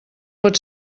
pot